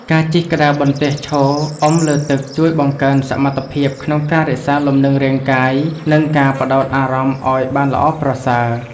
ការជិះក្តារបន្ទះឈរអុំលើទឹក ជួយបង្កើនសមត្ថភាពក្នុងការរក្សាលំនឹងរាងកាយ និងការផ្ដោតអារម្មណ៍ឱ្យបានល្អប្រសើរ។